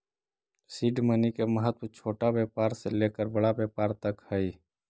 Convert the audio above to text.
seed money के महत्व छोटा व्यापार से लेकर बड़ा व्यापार तक हई